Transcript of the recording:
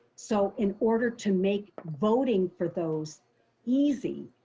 so, in order to make voting for those easy,